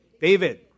David